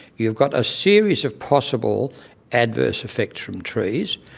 you've got a series of possible adverse effects from trees.